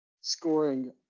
scoring